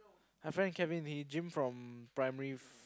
my friend Kevin he gym from primary